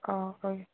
ꯑꯥ ꯍꯣꯏ